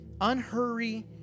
Unhurry